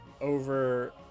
Over